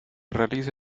realiza